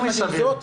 יותר מסביר.